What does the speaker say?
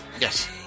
Yes